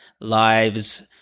lives